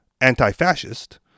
anti-fascist